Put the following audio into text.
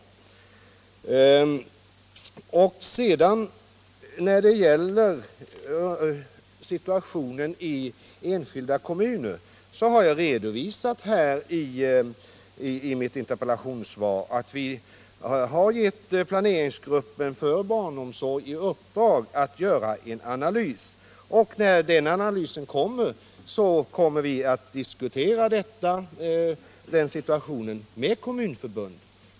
Torsdagen den När det gäller situationen i enskilda kommuner, så har jag i mitt in 13 oktober 1977 terpellationssvar redovisat att vi givit planeringsgruppen för barnomsorg —— i uppdrag att göra en analys. När den analysen föreligger kommer vi - Om kommunernas att diskutera situationen med Kommunförbundet.